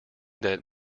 that